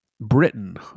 Britain